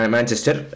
Manchester